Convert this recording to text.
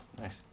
Nice